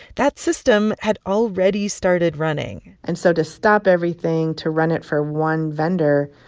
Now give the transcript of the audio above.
that system had already started running and so to stop everything to run it for one vendor,